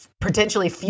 potentially